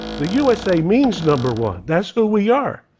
the usa means number one, that's who we are.